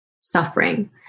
suffering